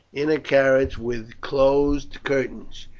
in a carriage with closed curtains.